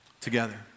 Together